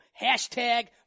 Hashtag